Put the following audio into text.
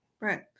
Right